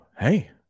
hey